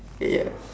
ya